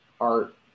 art